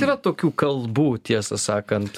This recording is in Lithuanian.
yra tokių kalbų tiesą sakant